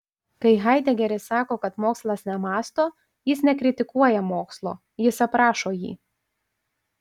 kai haidegeris sako kad mokslas nemąsto jis nekritikuoja mokslo jis aprašo jį